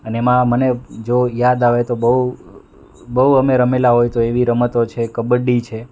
અને એમાં મને જો યાદ આવે તો બહુ બહુ અમે રમેલાં તો એવી રમતો છે કબડ્ડી છે